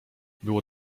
było